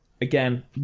again